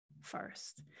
first